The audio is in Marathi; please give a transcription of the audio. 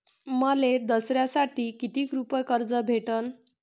मले दसऱ्यासाठी कितीक रुपये कर्ज भेटन?